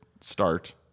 start